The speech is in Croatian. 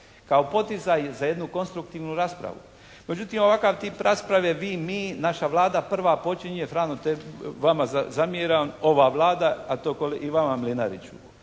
kao poticaj za jednu konstruktivnu raspravu. Međutim, ovakav tip rasprave vi, mi, naša Vlada prva počinje, Frano, tebi, vama zamjeram, ova Vlada a to i vama Mlinariću.